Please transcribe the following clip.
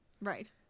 Right